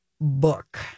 book